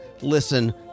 listen